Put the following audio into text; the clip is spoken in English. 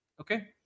Okay